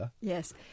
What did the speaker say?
Yes